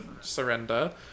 surrender